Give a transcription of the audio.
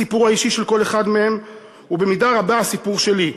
הסיפור האישי של כל אחד מהם הוא במידה רבה הסיפור שלי.